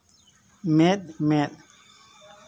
ᱢᱮᱸᱫ ᱢᱮᱸᱫ